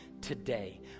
today